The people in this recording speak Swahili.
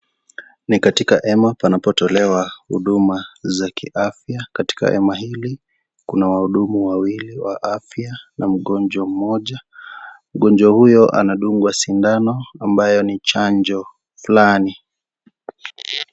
Ni katika hema panapotolewa huduma za kiafya. Katika hema hili kuna wahudumu wawili wa afya na mgonjwa mmoja. Mgonjwa huyu anadungwa sindano ambayo ni chanjo fulani.